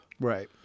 Right